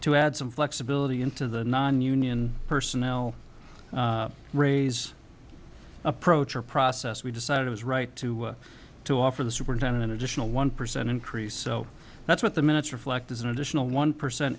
to add some flexibility into the nonunion personnel raise approach or process we decided it was right to work to offer the superintendent an additional one percent increase so that's what the minutes reflect as an additional one percent